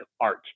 art